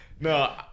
No